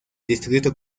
distrito